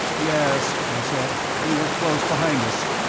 yes, i said he was close behind us.